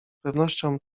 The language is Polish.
pewnością